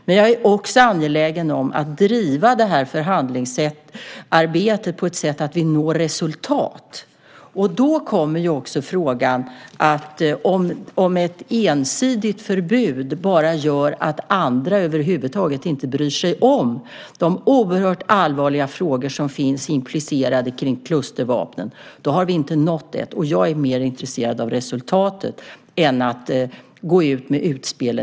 Men jag är också angelägen om att driva förhandlingsarbetet på ett sådant sätt att vi når resultat. Då kommer också frågan om huruvida ett ensidigt förbud bara gör att andra över huvud taget inte bryr sig om de oerhört allvarliga frågor som finns implicerade kring klustervapen. Då har vi inte nått fram. Jag är mer intresserad av resultatet än att i förväg gå ut med utspel.